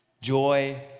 joy